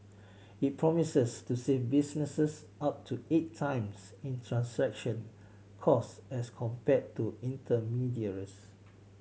it promises to save businesses up to eight times in transaction cost as compared to intermediaries